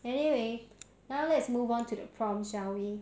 anyway now let's move on to the prom shall we